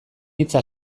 hitza